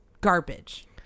garbage